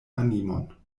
animon